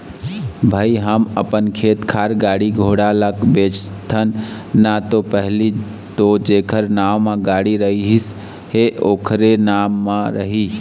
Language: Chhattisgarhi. भई हम अपन खेत खार, गाड़ी घोड़ा ल बेचथन ना ता पहिली तो जेखर नांव म गाड़ी रहिस हे ओखरे नाम म रही